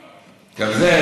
אין,